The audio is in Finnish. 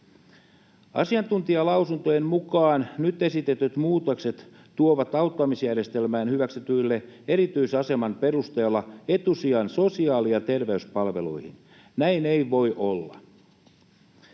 Asiantuntijalausuntojen mukaan nyt esitetyt muutokset tuovat auttamisjärjestelmään hyväksytyille erityisaseman perusteella etusijan sosiaali- ja terveyspalveluihin. Näin ei voi olla.